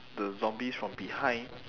the zombies from behind